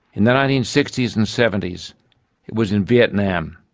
in the nineteen sixty s and seventy s it was in vietnam.